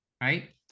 right